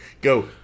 go